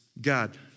God